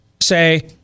say